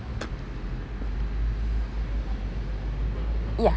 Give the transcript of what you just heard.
ya